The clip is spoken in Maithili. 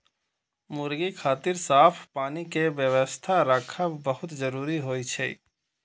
मुर्गी खातिर साफ पानी के व्यवस्था राखब बहुत जरूरी होइ छै